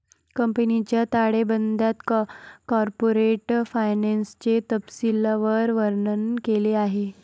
कंपनीच्या ताळेबंदात कॉर्पोरेट फायनान्सचे तपशीलवार वर्णन केले आहे